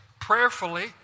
prayerfully